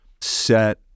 set